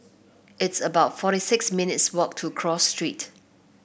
it's about forty six minutes walk to Cross Street